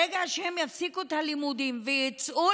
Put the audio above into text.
ברגע שהם יפסיקו את הלימודים ויצאו